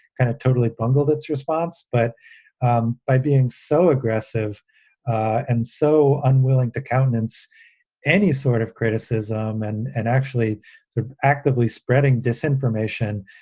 kind of totally bungled its response. but um by being so aggressive and so unwilling to countenance any sort of criticism and. and they're actively spreading disinformation.